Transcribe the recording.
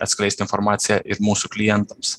atskleist informaciją ir mūsų klientams